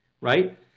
right